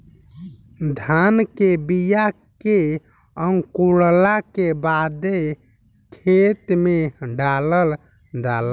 धान के बिया के अंकुरला के बादे खेत में डालल जाला